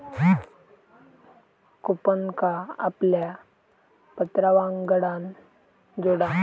कूपनका आपल्या पत्रावांगडान जोडा